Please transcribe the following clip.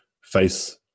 face